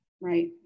right